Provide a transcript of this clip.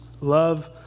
Love